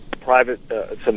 private